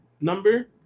number